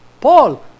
Paul